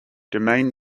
domain